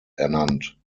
ernannt